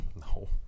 No